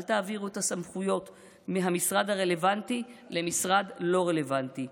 אל תעבירו את הסמכויות מהמשרד הרלוונטי למשרד לא רלוונטי,